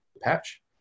patch